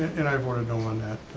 and i voted no on that,